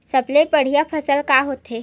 सबले बढ़िया फसल का होथे?